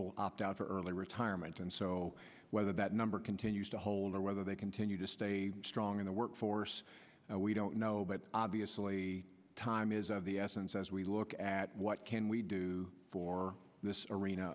will opt out for early retirement and so whether that number continues to hold or whether they continue to stay strong in the workforce we don't know but obviously time is of the essence as we look at what can we do for this arena